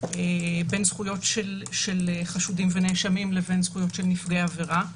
בין זכויות של חשודים ונאשמים לבין זכויות של נפגעי עבירה.